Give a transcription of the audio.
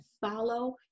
follow